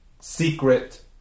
Secret